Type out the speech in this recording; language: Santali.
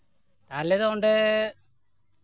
ᱛᱟᱦᱚᱞᱮ ᱫᱚ ᱚᱸᱰᱮ